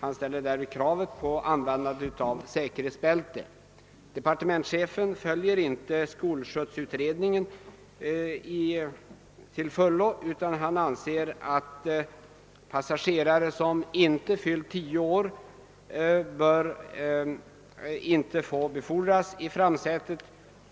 Han ställer därvid krav på användande av säkerhetsbälte. Departementschefen följer inte skolskjutsutredningen till fullo utan anser att passagerare som inte har fyllt tio år inte bör få befordras i framsätet.